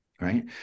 right